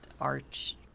Arch